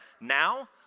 Now